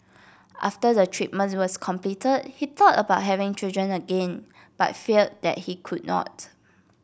after the treatments was completed he thought about having children again but feared that he could not